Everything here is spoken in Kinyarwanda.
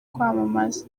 kwamamaza